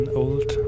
old